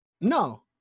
No